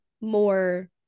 more